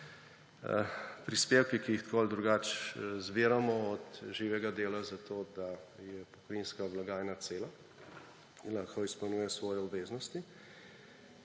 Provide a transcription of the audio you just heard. prispevki, ki jih tako ali drugače zbiramo od živega dela, zato da je pokojninska blagajna cela in lahko izpolnjuje svoje obveznosti.